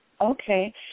Okay